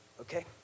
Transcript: okay